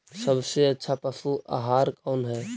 सबसे अच्छा पशु आहार कौन है?